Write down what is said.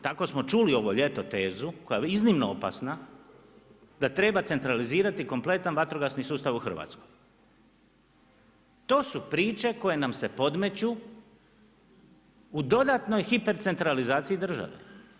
Tako smo čuli ovo ljeto tezu koja je iznimno opasna da treba centralizirati kompletan vatrogasni sustav u Hrvatskoj, to su priče koje nam se podmeću u dodatnoj hipercentralizaciji države.